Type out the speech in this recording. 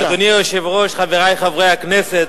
אדוני היושב-ראש, חברי חברי הכנסת,